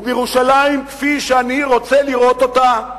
ובירושלים, כפי שאני רוצה לראות אותה,